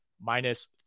minus